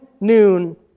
noon